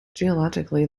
geologically